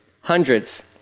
Hundreds